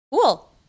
cool